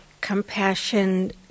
compassion